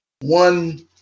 one